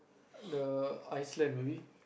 the Iceland maybe